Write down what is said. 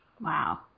Wow